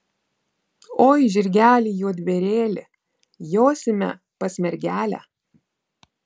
oi žirgeli juodbėrėli josime pas mergelę